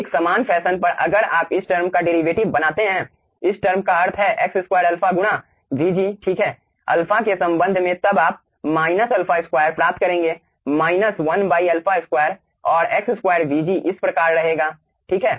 एक समान फैशन पर अगर आप इस टर्म का डेरीवेटिव बनाते हैं इस टर्म का अर्थ है x2 α गुणा vg ठीक है α के संबंध में तब आप माइनस α 2 प्राप्त करेंगे माइनस 1 α 2 और x 2 vg इस प्रकार रहेगा ठीक